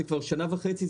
זה כבר שנה וחצי,